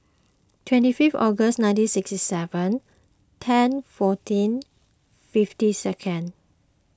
twenty fifth August nineteen sixty seven ten fourteen fifty second